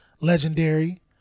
legendary